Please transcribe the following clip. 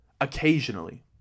Occasionally